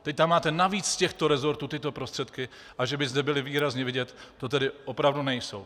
Teď tam máte navíc z těchto resortů tyto prostředky, a že by zde byly výrazně vidět, to tedy nejsou.